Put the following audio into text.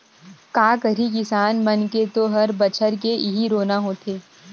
का करही किसान मन के तो हर बछर के इहीं रोना होथे